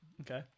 Okay